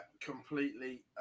completely